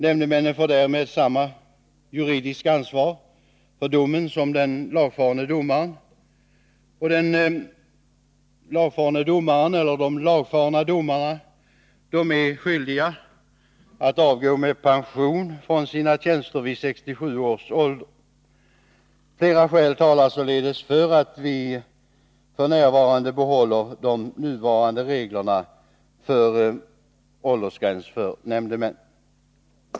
Nämndemännen får därmed samma juridiska ansvar för domen som den lagfarne domaren, som är skyldig att lämna sin tjänst med pension vid 67 års ålder. Flera skäl talar således för att vi behåller de nuvarande reglerna när det gäller åldersgräns för nämndeman.